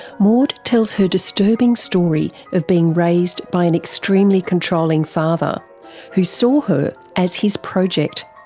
maude tells her disturbing story of being raised by an extremely controlling father who saw her as his project.